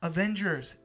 Avengers